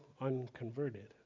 unconverted